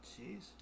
Jeez